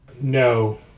No